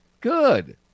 good